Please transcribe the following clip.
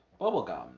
bubblegum